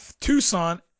Tucson